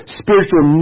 spiritual